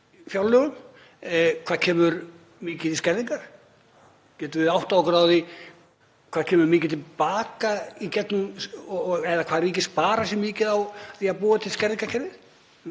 fjárlögum hvað kemur mikið í skerðingar? Getum við áttað okkur á því hvað kemur mikið til baka, eða hvað ríkið sparar sér mikið á því að búa til skerðingarkerfið?